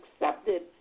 accepted